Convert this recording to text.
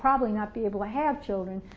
probably not be able to have children,